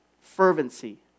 fervency